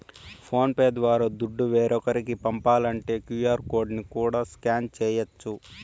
phone pay ద్వారా దుడ్డు వేరోకరికి పంపాలంటే క్యూ.ఆర్ కోడ్ ని కూడా స్కాన్ చేయచ్చు